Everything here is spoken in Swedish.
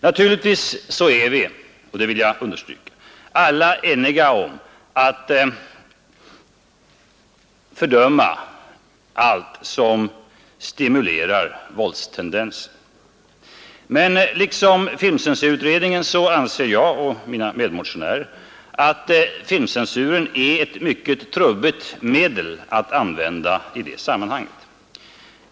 Naturligtvis är vi alla eniga om — det vill jag understryka — att fördöma allt som stimulerar våldstendenser. Men liksom filmcensurutredningen anser jag och mina medmotionärer, att filmcensuren är ett mycket trubbigt medel att använda i det sammanhanget.